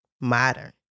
modern